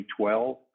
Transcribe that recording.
2012